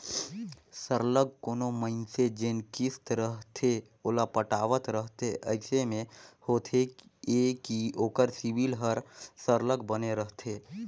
सरलग कोनो मइनसे जेन किस्त रहथे ओला पटावत रहथे अइसे में होथे ए कि ओकर सिविल हर सरलग बने रहथे